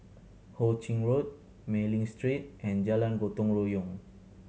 Ho Ching Road Mei Ling Street and Jalan Gotong Royong